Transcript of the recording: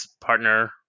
partner